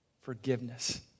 forgiveness